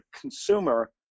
consumer